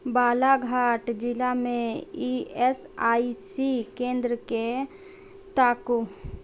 बालाघाट जिलामे E S I C केंद्रकेँ ताकू